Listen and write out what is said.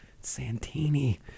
Santini